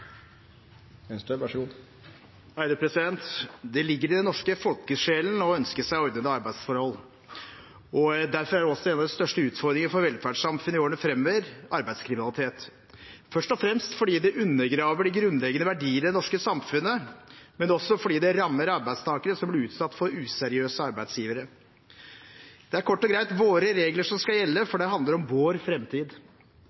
også en av de største utfordringene for velferdssamfunnet i årene framover arbeidskriminalitet, først og fremst fordi det undergraver de grunnleggende verdiene i det norske samfunnet, men også fordi det rammer arbeidstakere som blir utsatt for useriøse arbeidsgivere. Det er kort og greit våre regler som skal gjelde,